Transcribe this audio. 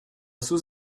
sous